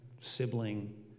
sibling